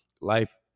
Life